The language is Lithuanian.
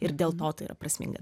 ir dėl to tai yra prasminga